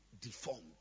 deformed